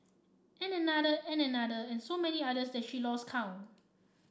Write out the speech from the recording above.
and another and another and so many others that she lost count